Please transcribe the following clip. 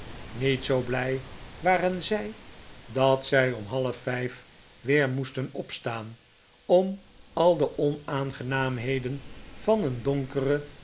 niet zoo blij waren zij dat zij om half vijf weer moesten opstaan om al de onaangenaamheden van een donkeren